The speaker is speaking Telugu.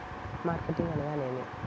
మార్కెటింగ్ అనగానేమి?